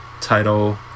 title